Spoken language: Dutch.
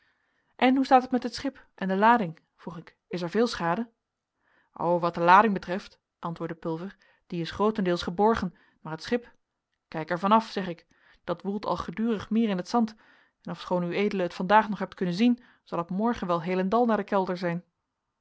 en hoe staat het met het schip en de lading vroeg ik is er veel schade o wat de lading betreft antwoordde pulver die is grootendeels geborgen maar het schip kijk er van af zeg ik dat woelt al gedurig meer in het zand en ofschoon ued het vandaag nog hebt kunnen zien zal het morgen wel heelendal naar den kelder zijn